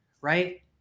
right